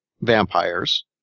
vampires